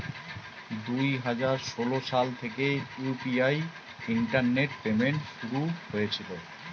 দুই হাজার ষোলো সাল থেকে ইউ.পি.আই ইন্টারনেট পেমেন্ট শুরু হয়েছিল